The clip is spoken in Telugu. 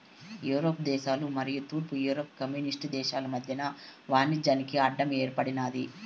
యూరప్ దేశాలు మరియు తూర్పు యూరప్ కమ్యూనిస్టు దేశాలు మధ్యన వాణిజ్యానికి అడ్డం ఏర్పడినాది